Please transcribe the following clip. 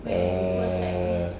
err